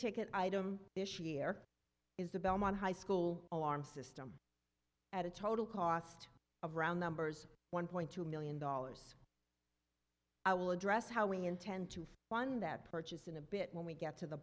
ticket item this year is the belmont high school alarm system at a total cost of around numbers one point two million dollars i will address how we intend to fund that purchase in a bit when we get to the